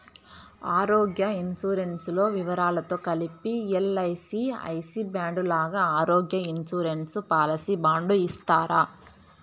ఆరోగ్య ఇన్సూరెన్సు లో వివరాలతో కలిపి ఎల్.ఐ.సి ఐ సి బాండు లాగా ఆరోగ్య ఇన్సూరెన్సు పాలసీ బాండు ఇస్తారా?